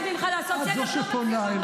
יש שלוש קריאות.